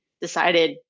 decided